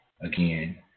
again